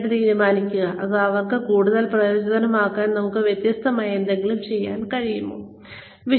എന്നിട്ട് അത് അവർക്ക് കൂടുതൽ പ്രയോജനകരമാക്കാൻ നമുക്ക് വ്യത്യസ്തമായി എന്തെങ്കിലും ചെയ്യാൻ കഴിയുമോ എന്ന് തീരുമാനിക്കുക